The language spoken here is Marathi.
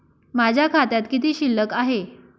माझ्या खात्यात किती शिल्लक आहे?